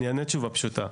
אני אענה תשובה פשוטה.